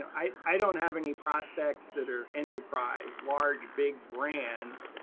i i don't have any prospects that are enterprise, large, big brands,